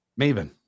Maven